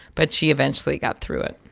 but she eventually got through it